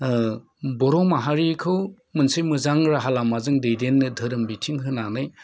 ओ बर' माहारिजों मोनसे मोजां राहा लामाजों दैदेननो धोरोमनि बिथिं होनानै